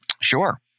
Sure